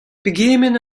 pegement